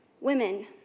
women